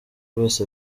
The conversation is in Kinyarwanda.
wese